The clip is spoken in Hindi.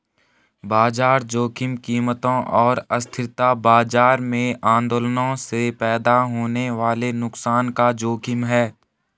बाजार जोखिम कीमतों और अस्थिरता बाजार में आंदोलनों से पैदा होने वाले नुकसान का जोखिम है